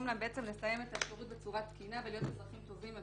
להם לסיים את השירות בצורה תקינה ולהיות אזרחים טובים יותר.